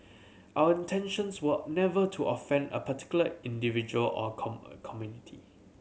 our intentions were never to offend a particular individual or a come community